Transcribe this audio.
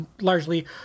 largely